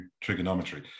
trigonometry